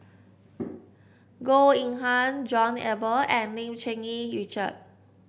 Goh Eng Han John Eber and Lim Cherng Yih Richard